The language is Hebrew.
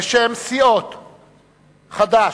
בשם סיעות חד"ש,